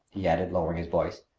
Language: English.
he added, lowering his voice,